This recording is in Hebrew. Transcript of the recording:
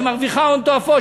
שמרוויחה הון תועפות,